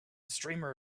streamer